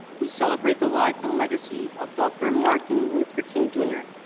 we celebrate the life and legacy of dr. martin luther king, jr.